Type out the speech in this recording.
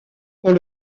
pour